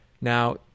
Now